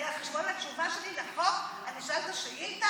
על חשבון התשובה שלי על החוק אני אשאל את השאילתה?